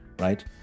right